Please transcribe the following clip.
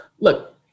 look